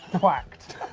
whacked.